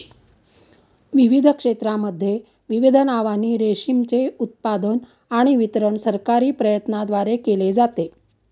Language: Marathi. विविध क्षेत्रांमध्ये विविध नावांनी रेशीमचे उत्पादन आणि वितरण सरकारी प्रयत्नांद्वारे केले जाते